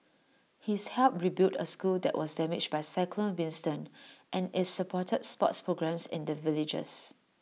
he's helped rebuild A school that was damaged by cyclone Winston and is supported sports programmes in the villages